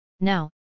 Now